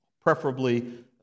preferably